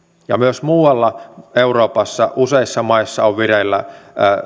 ja myös muualla euroopassa useissa maissa on vireillä